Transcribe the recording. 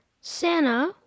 Santa